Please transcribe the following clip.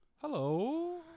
Hello